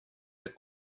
les